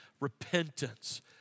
repentance